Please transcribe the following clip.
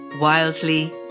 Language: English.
Wildly